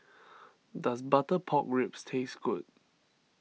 does Butter Pork Ribs taste good